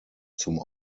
zum